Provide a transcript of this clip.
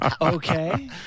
Okay